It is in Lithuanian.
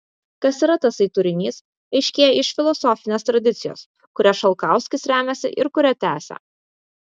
kas yra tasai turinys aiškėja iš filosofinės tradicijos kuria šalkauskis remiasi ir kurią tęsia